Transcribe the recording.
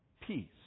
peace